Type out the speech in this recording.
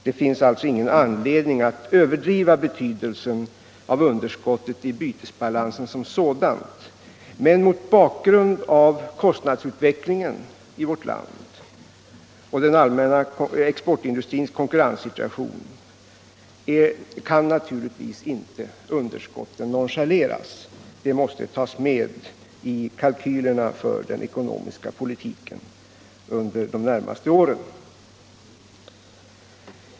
Det finns alltså ingen anledning att överdriva betydelsen av underskottet i bytesbalansen som sådant, men mot bakgrund av kostnadsutvecklingen i vårt land och exportindustrins konkurrenssituation kan underskotten naturligtvis inte heller nonchaleras. De måste tas med i kalkylerna för den ekonomiska politiken under de närmaste åren.